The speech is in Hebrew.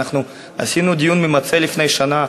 אנחנו עשינו דיון ממצה לפני שנה,